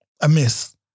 amiss